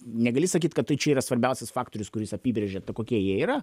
negali sakyt kad tai čia yra svarbiausias faktorius kuris apibrėžia kokie jie yra